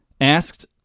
asked